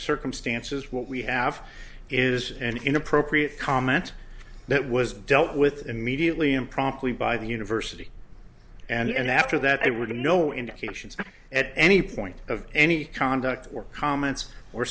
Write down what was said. circumstances what we have is an inappropriate comment that was dealt with immediately and promptly by the university and after that it would no indications at any point of any conduct or comments were